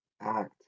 act